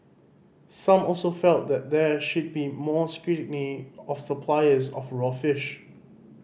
some also felt that there should be more scrutiny of suppliers of raw fish